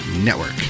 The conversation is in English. Network